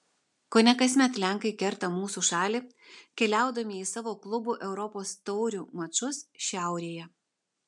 kone kasmet lenkai kerta mūsų šalį keliaudami į savo klubų europos taurių mačus šiaurėje